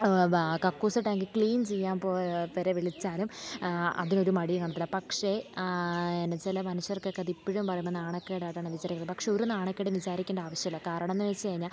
കക്കൂസ് tank clean ചെയ്യാൻ പോയാൽ വരെ വിളിച്ചാലും അതിലൊരു മടിയും കാണത്തില്ല പക്ഷേ ചില മനുഷ്യർക്കൊക്കെ അതിപ്പോഴും പറയുമ്പം നാണക്കേടായിട്ടാണ് വിചാരിക്കുന്നത് പക്ഷേ ഒരു നാണക്കേടും വിചാരിക്കേണ്ട ആവശ്യയില്ല കാരണമെന്നു വെച്ചു കഴിഞ്ഞാൽ